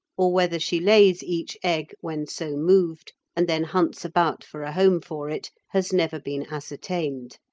or whether she lays each egg when so moved and then hunts about for a home for it, has never been ascertained.